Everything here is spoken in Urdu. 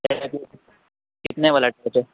ٹیپ کتنے والا ٹیپ ہے